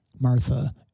Martha